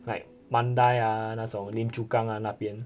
like mandai ah 那种 lim chu kang ah 那边